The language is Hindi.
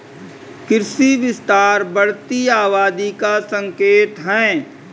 कृषि विस्तार बढ़ती आबादी का संकेत हैं